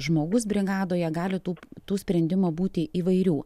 žmogus brigadoje gali tų tų sprendimų būti įvairių